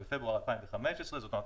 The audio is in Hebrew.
בפברואר 2015. זאת אומרת,